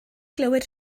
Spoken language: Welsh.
glywed